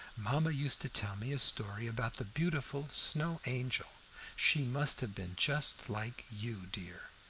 mamma used to tell me a story about the beautiful snow angel she must have been just like you, dear.